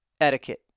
Etiquette